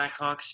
Blackhawks